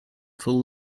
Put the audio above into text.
full